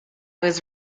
was